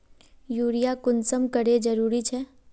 Urea कुंसम करे जरूरी छै?